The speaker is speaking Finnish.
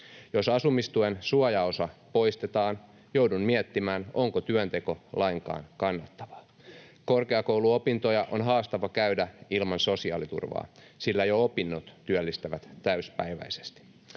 Jos asumistuen suojaosa poistetaan, joudun miettimään, onko työnteko lainkaan kannattavaa. Korkeakouluopintoja on haastava käydä ilman sosiaaliturvaa, sillä jo opinnot työllistävät täysipäiväisesti.